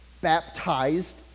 baptized